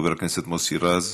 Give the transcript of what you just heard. חבר הכנסת מוסי רז,